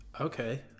okay